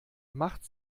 macht